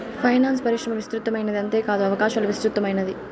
finance పరిశ్రమ విస్తృతమైనది అంతేకాదు అవకాశాలు విస్తృతమైనది